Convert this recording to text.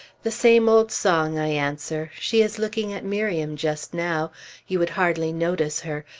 the same old song, i answer. she is looking at miriam just now you would hardly notice her,